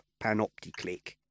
Panopticlick